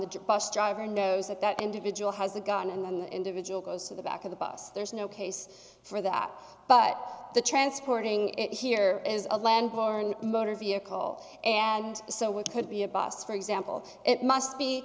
the bus driver knows that that individual has a gun and an individual goes to the back of the bus there's no case for that but the transporting it here is a land borne motor vehicle and so what could be a boss for example it must be